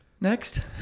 Next